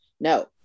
No